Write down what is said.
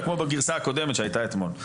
שזה יופיע בחוק יסודות התקציב,